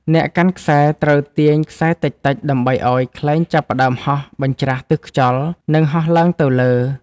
អ្នកកាន់ខ្សែត្រូវទាញខ្សែតិចៗ ដើម្បីឱ្យខ្លែងចាប់ផ្ដើមហើរបញ្ច្រាសទិសខ្យល់ និងហោះឡើងទៅលើ។